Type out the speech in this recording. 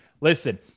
listen